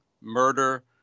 murder